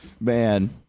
Man